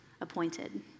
appointed